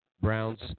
Browns